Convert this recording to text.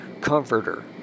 Comforter